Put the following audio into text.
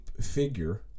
figure